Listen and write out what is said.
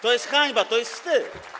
To jest hańba, to jest wstyd.